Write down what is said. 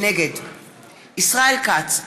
נגד ישראל כץ,